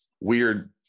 weird